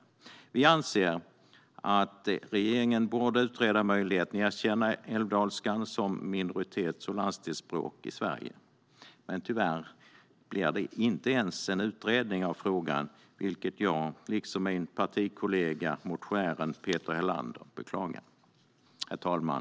Vi anser att regeringen borde utreda möjligheten att erkänna älvdalsken som minoritets och landsdelsspråk i Sverige. Men tyvärr blir det inte ens en utredning av frågan, vilket jag liksom min partikollega motionären Peter Helander beklagar. Herr talman!